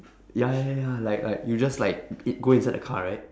ya ya ya ya like like you just like go inside the car right